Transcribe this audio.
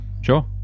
Sure